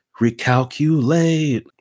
Recalculate